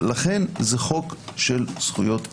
לכן זה חוק של זכויות אזרח.